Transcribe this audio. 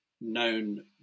known